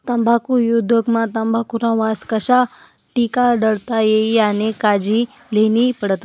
तम्बाखु उद्योग मा तंबाखुना वास कशा टिकाडता ई यानी कायजी लेन्ही पडस